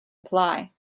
apply